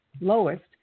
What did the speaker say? lowest